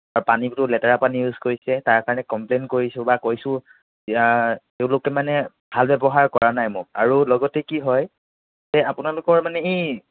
পানীটো লেতেৰা পানী ইউজ কৰিছে তাৰ কাৰণে কমপ্লেইন কৰিছোঁ বা কৈছোঁ এতিয়া এইবোৰকে মানে ভাল ব্যৱহাৰ কৰা নাই মোক আৰু লগতে কি হয় এই আপোনালোকৰ মানে এই